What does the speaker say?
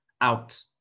out